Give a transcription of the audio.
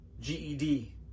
GED